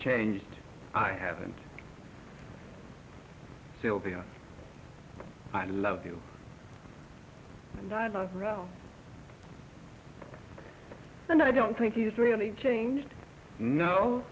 changed i haven't sylvia i love you and i don't know and i don't think he's really changed no